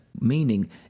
Meaning